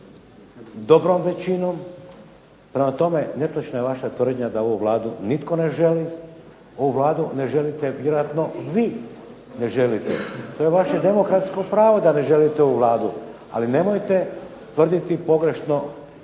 dobrom većinom, prema tome, netočna je vaša tvrdnja da ovu Vladu nitko ne želi, ovu Vladu ne želite vjerojatno vi, to je vaše demokratsko pravo da ne želite ovu Vladu ali nemojte tvrditi pogrešno